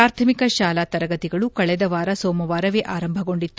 ಪ್ರಾಥಮಿಕ ಶಾಲಾ ತರಗತಿಗಳು ಕಳೆದ ವಾರ ಸೋಮವಾರವೇ ಆರಂಭಗೊಂಡಿತ್ತು